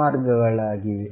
ಮಾರ್ಗಗಳಾಗಿವೆ